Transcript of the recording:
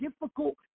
difficult